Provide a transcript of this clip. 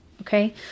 okay